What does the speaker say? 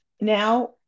Now